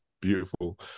Beautiful